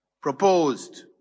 proposed